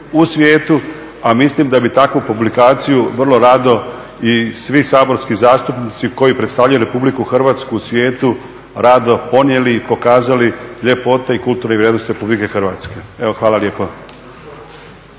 u svijetu, a mislim da bi takvu publikaciju vrlo rado i svi saborski zastupnici koji predstavljaju Republiku Hrvatsku u svijetu rado ponijeli i pokazali ljepote i kulturne vrijednosti Republike Hrvatske. Hvala lijepo.